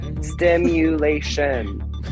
stimulation